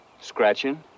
scratching